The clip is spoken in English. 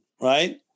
right